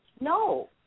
No